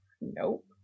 Nope